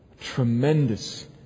Tremendous